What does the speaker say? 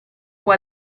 può